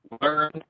learn